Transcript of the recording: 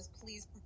Please